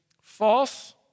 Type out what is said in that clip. false